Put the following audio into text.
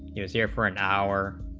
user for an hour